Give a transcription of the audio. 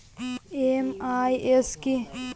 MIS কি?